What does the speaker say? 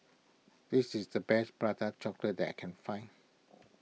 this is the best Prata Chocolate that I can find